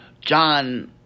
John